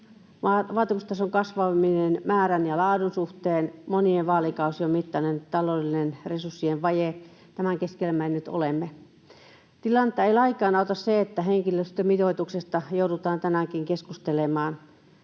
vaatimustason kasvaminen määrän ja laadun suhteen, monien vaalikausien mittainen taloudellisten resurssien vaje — tämän keskellä me nyt olemme. Tilannetta ei lainkaan auta se, että henkilöstömitoituksesta joudutaan tänäänkin keskustelemaan.